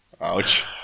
ouch